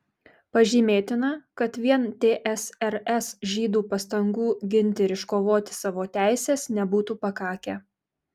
pažymėtina kad vien tsrs žydų pastangų ginti ir iškovoti savo teises nebūtų pakakę